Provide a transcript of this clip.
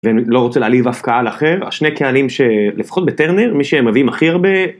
ולא רוצה להעליב אף קהל אחר, השני קהלים שלפחות בטרנר, מי שהם מביאים הכי הרבה